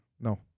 No